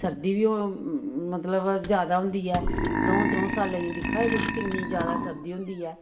सर्दी बी हो मतलब ज्यादा हुंदी ऐ दऊं त्रऊं सालें दे दिक्खा दे तुस सर्दी किन्नी ज्यादा होंदी ऐ